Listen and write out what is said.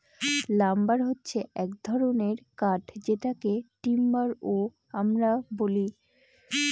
lumber হছে এক ধরনের কাঠ যেটাকে টিম্বার ও আমরা বলি